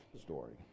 story